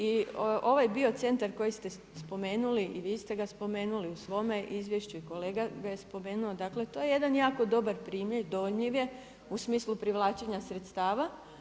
I ovaj bio centar koji ste spomenuli i vi ste ga spomenuli u svome izvješću i kolega ga je spomenuo, dakle to je jedan jako dobar primjer, dojmljiv je u smislu privlačenja sredstava.